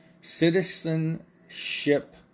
Citizenship